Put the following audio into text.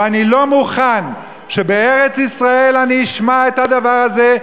ואני לא מוכן שבארץ-ישראל אני אשמע את הדבר הזה,